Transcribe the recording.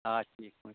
آ ٹھیٖک پٲٹھۍ